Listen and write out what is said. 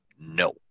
No